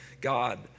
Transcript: God